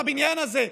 בבניין הזה,